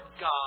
God